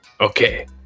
Okay